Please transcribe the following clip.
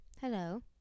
Hello